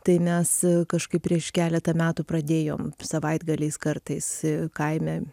tai mes kažkaip prieš keletą metų pradėjom savaitgaliais kartais kaime